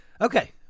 Okay